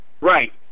right